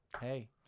Hey